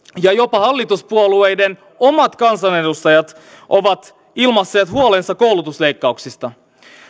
ja jopa hallituspuolueiden omat kansanedustajat ovat ilmaisseet huolensa koulutusleikkauksista